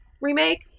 Remake